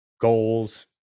goals